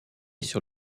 sur